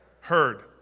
heard